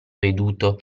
veduto